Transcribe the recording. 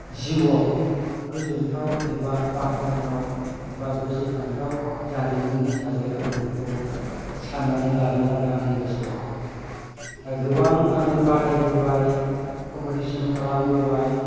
जिउआव गोजोन्थाव एबा बाख्नायथाव एबा गोसोखांथाव जारिमिन हिसाबै आङो बेखौ सान्नानै लादों आरो आंनि गोसोआव दा गोबां आङो बादायबोबाय कम्फेथिसन खालामबोबाय